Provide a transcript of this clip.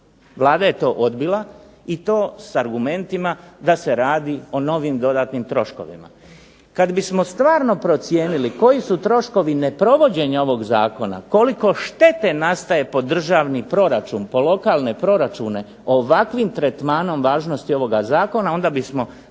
Vlada je to odbila i to s argumentima da se radi o novim dodatnim troškovima. Kada bi stvarno procijenili koji su troškovi neprovođenja ovog zakona, koliko štete nastaje po državni proračun, po lokalne proračune ovakvim tretmanom važnosti ovoga Zakona onda bismo